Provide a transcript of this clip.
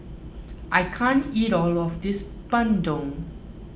I can't eat all of this bandung